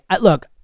look